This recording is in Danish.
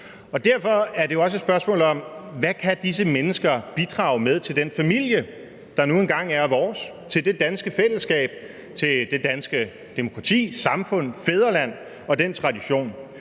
Derfor er det jo også et spørgsmål om, hvad disse mennesker kan bidrage med til den familie, der nu engang er vores, til det danske fællesskab og til det danske demokrati, samfund, fædreland og den tradition.